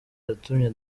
yatumye